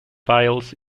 files